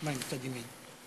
יש מים בצד ימין.